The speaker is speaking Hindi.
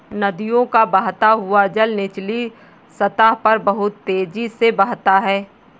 नदियों का बहता हुआ जल निचली सतह पर बहुत तेजी से बहता है